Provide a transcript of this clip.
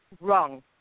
wrong